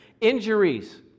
Injuries